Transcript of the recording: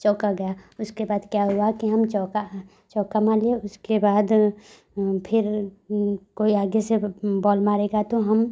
चौका गया उसके बाद क्या हुआ कि हम चौका चौका मार लिए उसके बाद फिर कोई आगे से बौल मारेगा तो हम